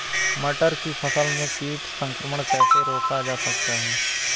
मटर की फसल में कीट संक्रमण कैसे रोका जा सकता है?